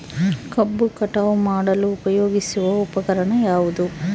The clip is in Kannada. ಕಬ್ಬು ಕಟಾವು ಮಾಡಲು ಉಪಯೋಗಿಸುವ ಉಪಕರಣ ಯಾವುದು?